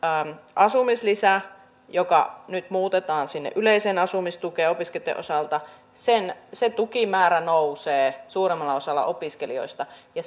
asumislisä joka nyt muutetaan sinne yleiseen asumistukeen opiskelijoitten osalta se tukimäärä nousee suurimmalla osalla opiskelijoista ja